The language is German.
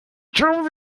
tun